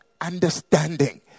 understanding